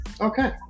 Okay